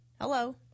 Hello